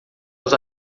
aos